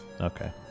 Okay